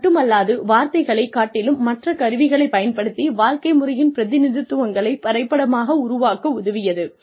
அதுமட்டுமல்லாது வார்த்தைகளை காட்டிலும் மற்ற கருவிகளைப் பயன்படுத்தி வாழ்க்கைமுறையின் பிரதிநிதித்துவங்களை வரைபடமாக உருவாக்க உதவியது